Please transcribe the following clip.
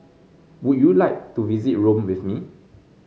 would you like to visit Rome with me